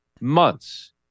months